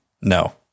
No